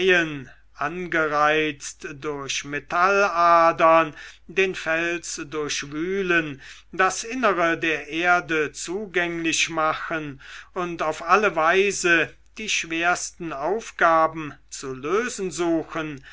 angereizt durch metalladern den fels durchwühlen das innere der erde zugänglich machen und auf alle weise die schwersten aufgaben zu lösen suchen